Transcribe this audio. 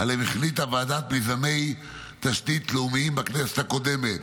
שעליהם החליטה ועדת מיזמי תשתית לאומיים בכנסת הקודמת,